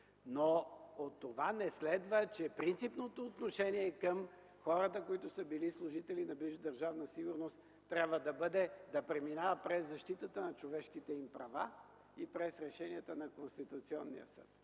но от това не следва, че принципното отношение към хората, които са били служители на бившата Държавна сигурност, трябва да преминава през защитата на човешките им права и през решенията на Конституционния съд.